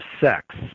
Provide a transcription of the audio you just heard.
sex